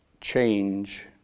change